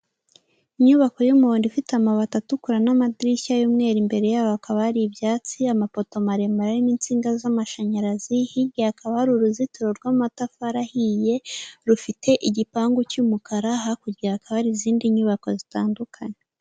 Inyubako y'umuhondo ifite amabati atukura n'amadirishya y'umweru imbere yaho hakaba hari ibyatsi, amapoto maremare n'insinga z'amashanyarazi, hirya hakaba hari uruzitiro rw'amatafari ahiye rufite igipangu cy'umukara hakurya, hakaba izindi nyubako zitandukanye.